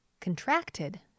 contracted